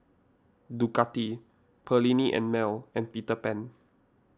Ducati Perllini and Mel and Peter Pan